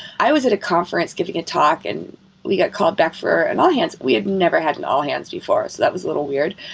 i was at a conference giving a talk and we got called back for an all-hands. we had never had an all-hands before, so that was a little weird.